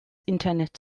internet